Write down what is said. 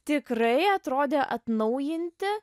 tikrai atrodė atnaujinti